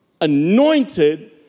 anointed